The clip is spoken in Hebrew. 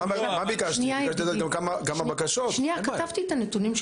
ביקשתי גם את הבקשות.